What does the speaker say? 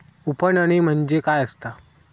उफणणी म्हणजे काय असतां?